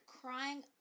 crying